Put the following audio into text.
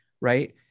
right